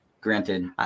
Granted